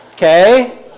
Okay